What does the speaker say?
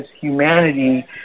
humanity